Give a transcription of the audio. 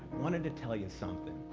wanted to tell you something.